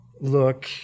look